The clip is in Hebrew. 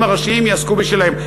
שהרבנים הראשיים יעסקו בשלהם.